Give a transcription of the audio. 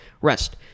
rest